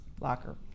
locker